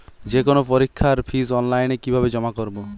যে কোনো পরীক্ষার ফিস অনলাইনে কিভাবে জমা করব?